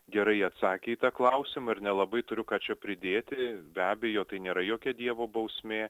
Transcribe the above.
gerai atsakė į tą klausimą ir nelabai turiu ką čia pridėti be abejo tai nėra jokia dievo bausmė